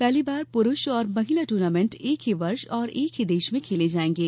पहली बार पुरुष और महिला टूर्नामेंट एक ही वर्ष और एक ही देश में खेले जाएंगे